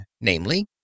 NAMELY